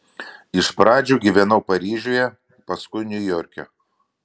iš pradžių gyvenau paryžiuje paskui niujorke